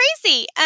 crazy